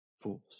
Fools